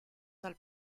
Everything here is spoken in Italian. dal